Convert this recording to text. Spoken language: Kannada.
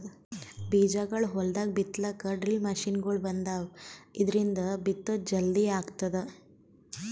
ಬೀಜಾಗೋಳ್ ಹೊಲ್ದಾಗ್ ಬಿತ್ತಲಾಕ್ ಡ್ರಿಲ್ ಮಷಿನ್ಗೊಳ್ ಬಂದಾವ್, ಇದ್ರಿಂದ್ ಬಿತ್ತದ್ ಜಲ್ದಿ ಆಗ್ತದ